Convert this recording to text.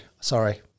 Sorry